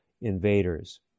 invaders